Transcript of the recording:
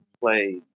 play